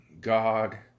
God